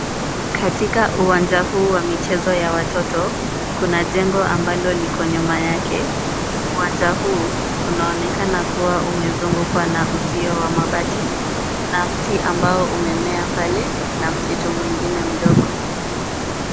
Katika uwanja huu wa michezo ya watoto, kuna jengo ambalo liko nyuma yake. Uwanja huu unaonekana kuwa umezungukwa na uzio wa mabati, na mti ambao umemea pale na mti mwingine mdogo.